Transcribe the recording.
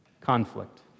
conflict